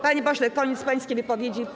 Panie pośle, koniec pańskiej wypowiedzi.